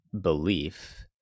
belief